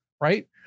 Right